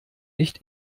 nicht